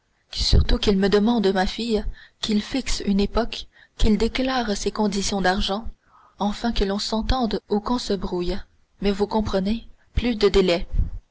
définitive surtout qu'il me demande ma fille qu'il fixe une époque qu'il déclare ses conditions d'argent enfin que l'on s'entende ou qu'on se brouille mais vous comprenez plus de délais